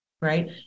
right